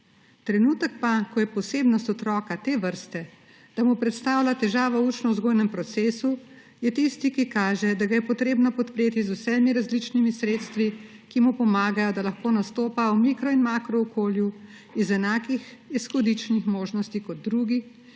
Trenutek, ko pa je posebnost otroka te vrste, da mu predstavlja težavo v učno-vzgojnem procesu, je tisti, ki kaže, da ga je treba podpreti z vsemi različnimi sredstvi, ki mu pomagajo, da lahko nastopa v mikro- in makrookolju, iz enakih izhodiščnih možnosti kot drugi,